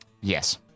yes